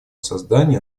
создания